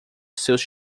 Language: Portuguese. seus